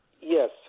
Yes